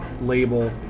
label